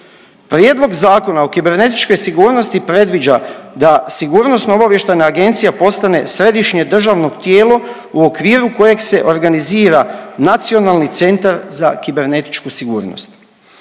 Prijedlog zakona o kibernetičkoj sigurnosti predviđa da SOA postane središnje državno tijelo u okviru kojeg se organizira Nacionalni centar za kibernetičku sigurnost.